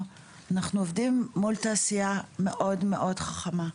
אנחנו עובדים מול תעשייה מאוד מאוד חכמה.